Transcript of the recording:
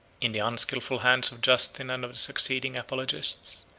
in the unskilful hands of justin and of the succeeding apologists,